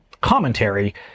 commentary